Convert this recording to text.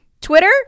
Twitter